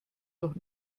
durch